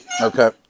Okay